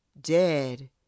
dead